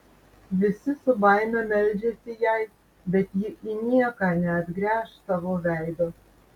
visi su baime meldžiasi jai bet ji į nieką neatgręš savo veido